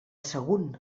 sagunt